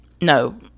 No